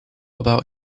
about